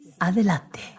adelante